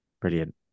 Brilliant